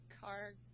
car